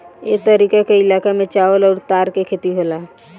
ए तरीका के इलाका में चावल अउर तार के खेती होला